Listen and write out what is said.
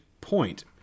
point